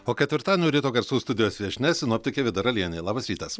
o ketvirtadienio ryto garsų studijos viešnia sinoptikė vida ralienė labas rytas